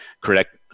correct